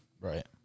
right